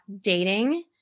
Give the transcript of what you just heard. dating